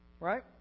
Right